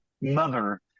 mother